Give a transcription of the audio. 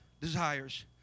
desires